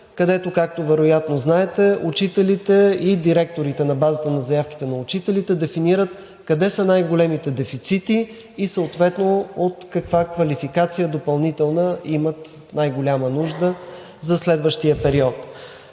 където, както вероятно знаете, учителите и директорите на базата на заявките на учителите, дефинират къде са най-големите дефицити и съответно от каква допълнителна квалификация имат най-голяма нужда за следващия период.